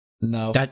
No